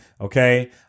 okay